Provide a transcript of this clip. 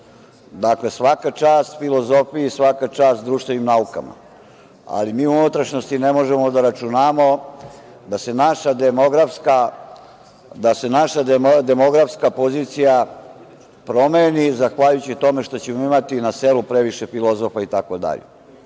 Dakle, svaka čas filozofiji, svaka čast društvenim naukama, ali mi u unutrašnjosti ne možemo da računamo da se naša demografska pozicija promeni zahvaljujući tome što ćemo imati na selu previše filozofa itd. Ono